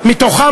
מהן,